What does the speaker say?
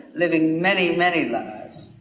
living many, many lives.